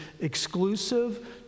exclusive